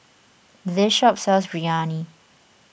this shop sells Biryani